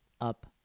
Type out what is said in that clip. up